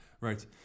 Right